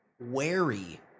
wary